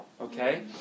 Okay